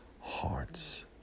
hearts